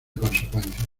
consecuencias